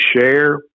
share